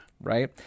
right